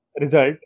result